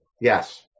Yes